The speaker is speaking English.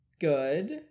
good